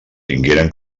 tingueren